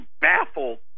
baffled